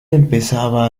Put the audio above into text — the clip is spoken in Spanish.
empezaba